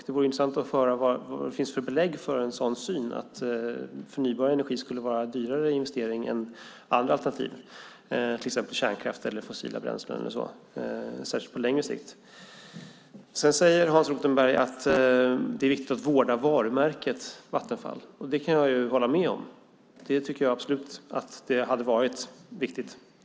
Det vore intressant att få höra vilka belägg som finns för synen att förnybar energi skulle vara en dyrare investering än andra alternativ, till exempel kärnkraft eller fossila bränslen, särskilt på längre sikt. Sedan säger Hans Rothenberg att det är viktigt att vårda varumärket Vattenfall. Det kan jag hålla med om. Det tycker jag hade varit viktigt.